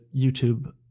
YouTube